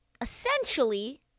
Essentially